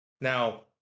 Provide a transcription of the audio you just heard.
Now